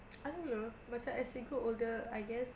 I don't know macam as we grow older I guess